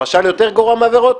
למשל, זה יותר גרוע מעבירות